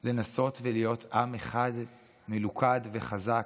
לנסות ולהיות עם אחד מלוכד וחזק.